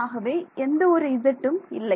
ஆகவே எந்த ஒரு zம் இல்லை